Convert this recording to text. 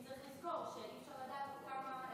צריך לזכור שאי-אפשר לדעת עוד כמה,